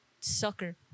sucker